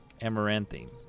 Amaranthine